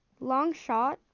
Longshot